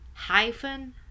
Hyphen